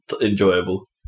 enjoyable